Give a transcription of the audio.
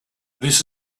this